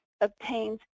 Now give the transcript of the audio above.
obtains